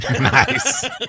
Nice